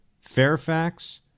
Fairfax